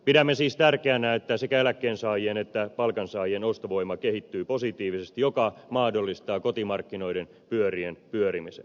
pidämme siis tärkeänä että sekä eläkkeensaajien että palkansaajien ostovoima kehittyy positiivisesti mikä mahdollistaa kotimarkkinoiden pyörien pyörimisen